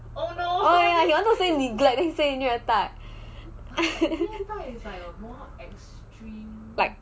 oh ya he wanted to say neglect then he say 虐待 like